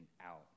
out